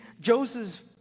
Joseph